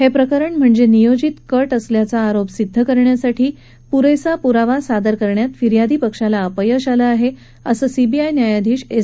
हे प्रकरण म्हणजे नियोजित कट असल्याचा आरोप सिद्ध करण्यासाठी पुरेसा पुरावा सादर करण्यात फिर्यादी पक्षाला अपयश आलं आहे असं सीबीआय न्यायाधीश एस